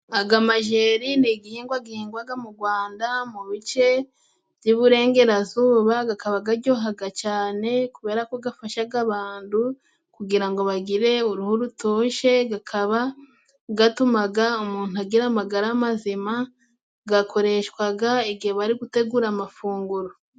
Aga majeri ni igihingwa gihingwaga mu Gwanda mu bice by'Iburengerazuba, gakaba gajyohaga cane kubera ko gafashaga abantu kugira ngo bagire uruhu rutoshe, gakaba gatumaga umuntu agira amagara mazima gakoreshwaga igihe bari gutegura amafunguro.